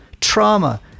trauma